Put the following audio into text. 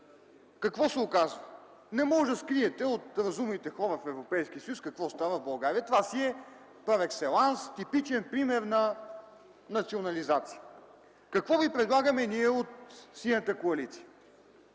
какво се оказва?! Не може да скриете от разумните хора в Европейския съюз какво става в България. Това си е парекселанс типичен пример на национализация. Какво ви предлагаме от Синята коалиция?